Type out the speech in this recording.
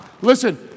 Listen